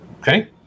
Okay